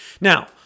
Now